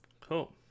Cool